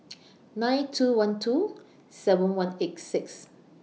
nine two one two seven one eight six